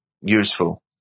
useful